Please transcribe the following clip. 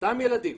אותם ילדים